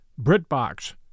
BritBox